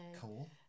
cool